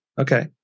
Okay